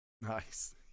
nice